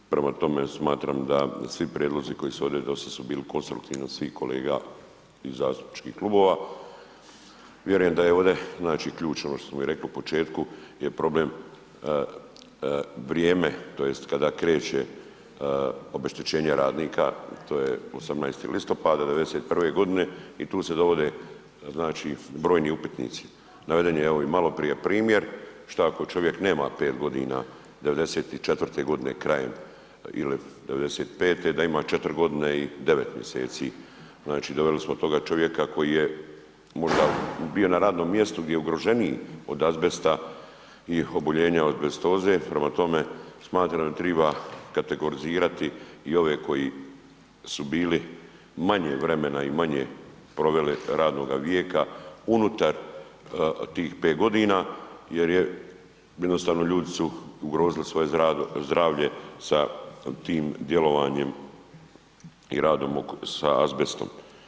Prema tome smatram da svi prijedlozi koji su ovdje, dosta su bili konstruktivni od svih kolega i zastupničkih klubova, vjerujem da je ovdje, znači ključ ono što smo mi rekli i u početku je problem vrijeme tj. kada kreće obeštećenje radnika, to je 18. listopada '91.g. i tu se dovode znači brojni upitnici, naveden je evo i maloprije primjer šta ako čovjek nema 5.g. '94.g. krajem ili '95. da ima 4.g. i 9. mjeseci, znači doveli smo toga čovjeka koji je možda bio na radnom mjestu gdje je ugroženiji od azbesta i oboljenja od azbestoze, prema tome smatram da triba kategorizirati i ove koji su bili manje vremena i manje proveli radnoga vijeka unutar tih 5.g. jer je, jednostavno ljudi su ugrozili svoje zdravlje sa tim djelovanjem i radom sa azbestom.